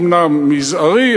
אומנם מזערי,